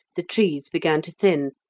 the trees began to thin,